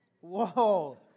Whoa